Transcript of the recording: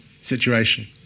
situation